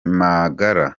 magara